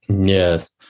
Yes